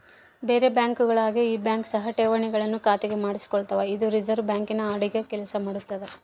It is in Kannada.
ಬೇರೆ ಬ್ಯಾಂಕುಗಳ ಹಾಗೆ ಈ ಬ್ಯಾಂಕ್ ಸಹ ಠೇವಣಿಗಳನ್ನು ಖಾತೆಗೆ ಮಾಡಿಸಿಕೊಳ್ತಾವ ಇದು ರಿಸೆರ್ವೆ ಬ್ಯಾಂಕಿನ ಅಡಿಗ ಕೆಲ್ಸ ಮಾಡ್ತದೆ